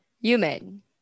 Human